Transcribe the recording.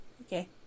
okay